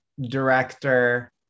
director